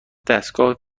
دستگاه